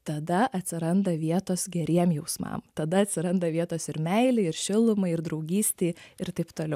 tada atsiranda vietos geriem jausmam tada atsiranda vietos ir meilei ir šilumai ir draugystei ir taip toliau